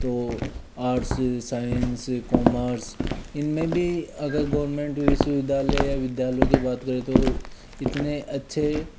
तो arts science commerce इनमें भी अगर गवर्नमेंट विश्वविद्यालय या विद्यालय की बात करें तो इतने अच्छे